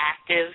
active